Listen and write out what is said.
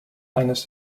eines